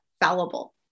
fallible